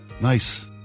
Nice